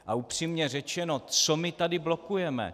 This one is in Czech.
A upřímně řečeno, co my tady blokujeme?